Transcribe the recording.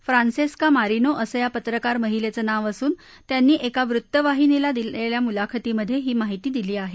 Francesca Marino असवि पत्रकार महिलेचत्रिव असून त्याप्ती एका वृत्तवाहिनीला दिलेल्या मुलाखतीमधे ही माहिती दिली आहे